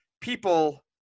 people –